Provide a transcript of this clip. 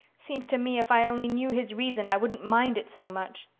seems to me if i only knew his reason i wouldn't mind it so much.